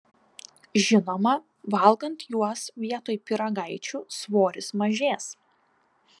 žinoma valgant juos vietoj pyragaičių svoris mažės